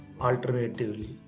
alternatively